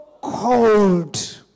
Cold